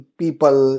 people